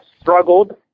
struggled